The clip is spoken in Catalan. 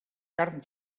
carn